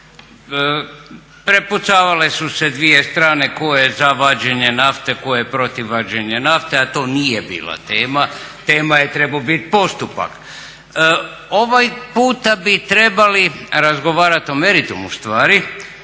Prepucavale su se dvije strane tko je za vađenje nafte, tko je protiv vađenja nafte a to nije bila tema. Tema je trebao biti postupak. Ovaj puta bi trebali razgovarati o meritumu stvari,